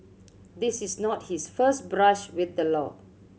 this is not his first brush with the law